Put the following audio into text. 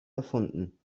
erfunden